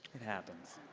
it happens.